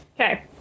Okay